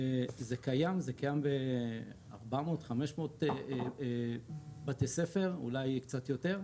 זה קיים ב-500-400 בתי ספר, אולי קצת יותר,